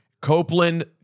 Copeland